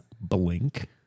Blink